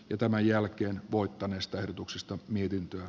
jo tämän jälkeen voittaneesta ehdotuksesta mietintöä